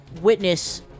witness